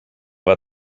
war